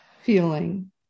feeling